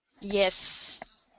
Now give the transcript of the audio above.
yes